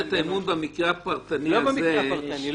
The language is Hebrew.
את האמון במקרה הפרטני הזה -- לא במקרה הפרטני.